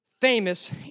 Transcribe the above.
famous